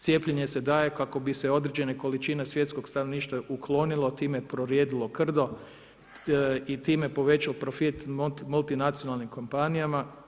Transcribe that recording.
Cijepljenje se daje kako bi se određene količine svjetskog stanovništva uklonilo i time prorijedilo krdo i time povećao profit multinacionalnih kompanijama.